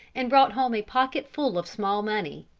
and brought home a pocket full of small money.